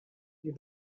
you